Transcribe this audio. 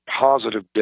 positive